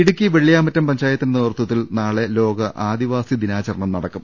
ഇടുക്കി വെള്ളിയാമറ്റം പഞ്ചായത്തിന്റെ നേതൃത്വത്തിൽ നാളെ ലോക ആദിവാസി ദിനാചരണം നടക്കും